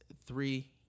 three